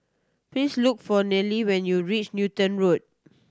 please look for Nelie when you reach Newton Road